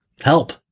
Help